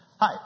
Hi